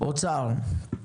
האוצר,